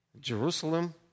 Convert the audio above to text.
Jerusalem